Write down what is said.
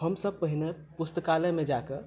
हमसब पहिने पुस्तकालयमे जा कऽ